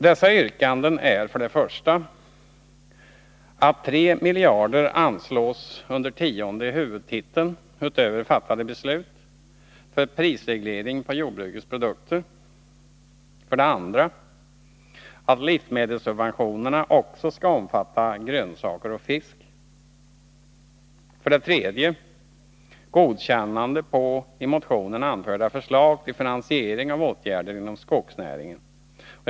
Dessa yrkanden är för det första att 3,0 miljarder kronor anslås under tionde huvudtiteln utöver fattade beslut för prisreglering av jordbrukets produkter, för det andra att livsmedelssubventionerna också skall omfatta grönsaker och fisk och för det åtgärder inom skogsnäringen.